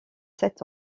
sept